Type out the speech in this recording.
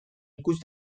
ikus